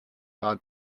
hard